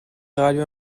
radio